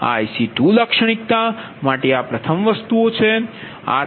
તેથી આ IC1IC2લાક્ષણિકતાઓ માટે આ પ્રથમ વસ્તુ છે